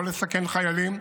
לא לסכן חיילים.